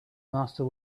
master